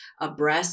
abreast